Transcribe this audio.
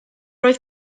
oedd